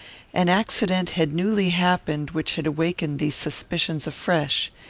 an accident had newly happened which had awakened these suspicions afresh.